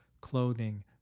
clothing